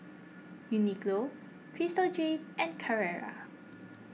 Uniqlo Crystal Jade and Carrera